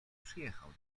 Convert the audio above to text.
przyjechał